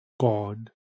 God